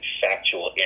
factual